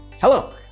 Hello